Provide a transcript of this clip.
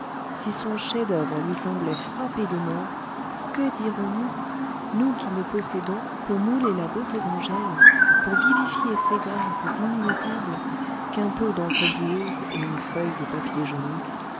si son chef-d'oeuvre lui semblait frappé de mort que dirons-nous nous qui ne possédons pour mouler la beauté d'angèle pour vivifier ses grâces inimitables qu'un peu d'encre boueuse et une feuille de papier jauni